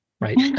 right